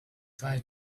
try